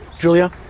Julia